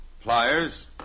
pliers